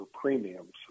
premiums